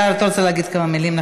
שאתה רוצה להגיד כמה מילים,